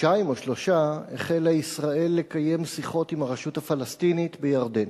כחודשיים או שלושה החלה ישראל לקיים שיחות עם הרשות הפלסטינית בירדן,